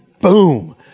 boom